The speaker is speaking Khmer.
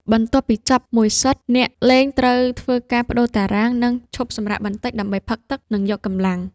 បន្ទាប់ពីចប់មួយសិត អ្នកលេងត្រូវធ្វើការប្តូរតារាង និងឈប់សម្រាកបន្តិចដើម្បីផឹកទឹក និងយកកម្លាំង។